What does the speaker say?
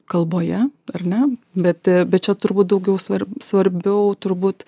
kalboje ar ne bet bet čia turbūt daugiau svar svarbiau turbūt